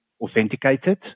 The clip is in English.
authenticated